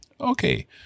Okay